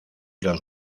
los